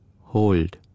Hold